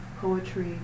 poetry